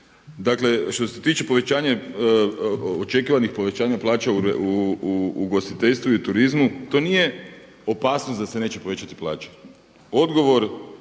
Dakle što se tiče povećanja očekivanih povećanja plaća u ugostiteljstvu i turizmu to nije opasnost da se neće povećati plaće. Odgovor